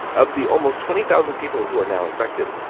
of the almost twenty thousand people who are now infected,